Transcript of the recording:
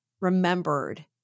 remembered